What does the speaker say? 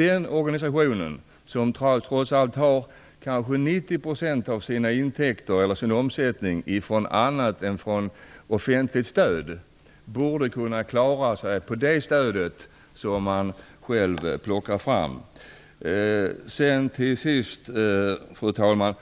en organisation som kanske trots allt får 90 % av sin omsättning från annat än offentligt stöd borde kunna klara sig på det stöd som man själv plockar fram. Fru talman!